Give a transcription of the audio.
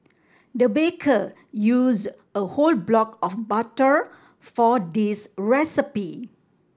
the baker used a whole block of butter for this recipe